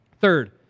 third